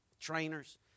trainers